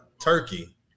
Turkey